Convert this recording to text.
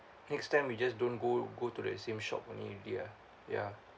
next time we just don't go go to that same shop only you did ah ya